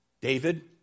David